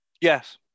Yes